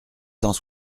cent